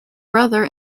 brother